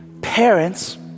parents